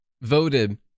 voted